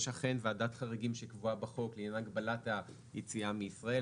יש אכן ועדת חריגים שקבועה בחוק לעניין הגבלת היציאה מישראל,